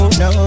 no